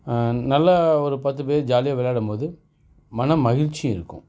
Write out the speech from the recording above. நல்லா ஒரு பத்துபேர் ஜாலியாக விளையாடும்போது மனமகிழ்ச்சி இருக்கும்